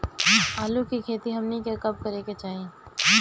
आलू की खेती हमनी के कब करें के चाही?